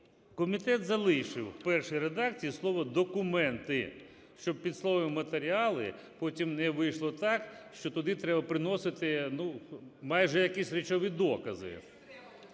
комітет залишив у першій редакції слово "документи", щоб під словом "матеріали" потім не вийшло так, що туди треба приносити майже якісь речові докази.